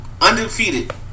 undefeated